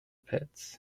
pits